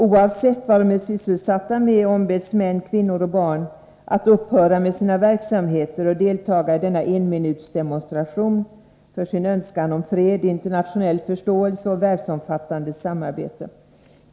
Oavsett vad de är sysselsatta med ombeds män, kvinnor och barn att upphöra med sina verksamheter och deltaga i denna enminutsdemonstration för sin önskan om fred, internationell förståelse och världsomfattande samarbete.